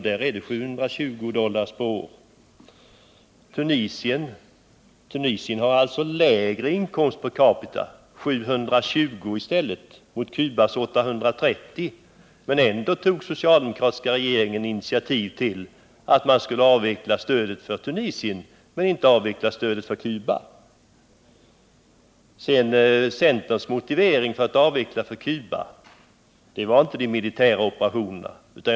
De visar att Tunisien har lägre inkomst per capita — 720 dollar mot Cubas 830 dollar. Ändå tog den socialdemokratiska regeringen initiativ till att avveckla stödet till Tunisien men inte till Cuba. Centerns motivering för att avveckla stödet till Cuba var inte de militära operationerna.